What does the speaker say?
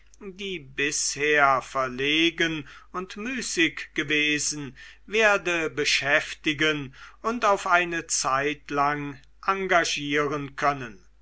die bisher verlegen und müßig gewesen werde beschäftigen und auf eine zeitlang engagieren können